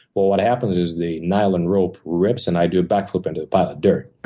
what what happens is the nylon rope rips, and i do a backflip into a pile of dirt.